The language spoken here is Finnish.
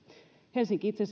helsinki itse